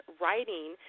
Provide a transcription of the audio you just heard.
writing